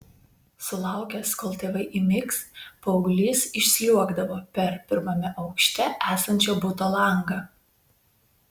sulaukęs kol tėvai įmigs paauglys išsliuogdavo per pirmame aukšte esančio buto langą